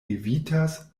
evitas